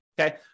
Okay